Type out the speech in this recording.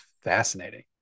fascinating